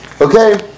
Okay